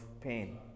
pain